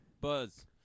Buzz